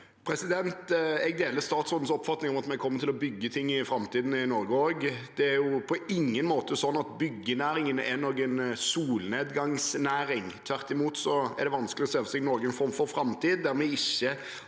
Jeg deler statsrå- dens oppfatning om at vi kommer til å bygge ting i Norge i framtiden også. Det er på ingen måte sånn at byggenæringen er en solnedgangsnæring. Tvert imot er det vanskelig å se for seg noen form for framtid